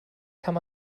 kann